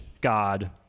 God